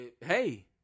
hey